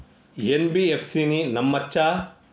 NBFC ని నమ్మచ్చా?